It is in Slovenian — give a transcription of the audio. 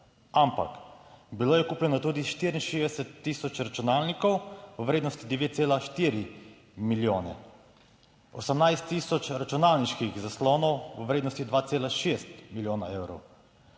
ampak bilo je kupljeno tudi 64 tisoč računalnikov v vrednosti 9,4 milijone, 18 tisoč računalniških zaslonov v vrednosti 2,6 milijona evrov